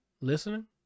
listening